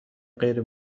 غیر